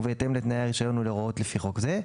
ובהתאם לתנאי הרישיון ולהוראות לפי חוק זה.